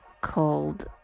called